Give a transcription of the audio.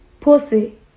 pussy